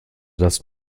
das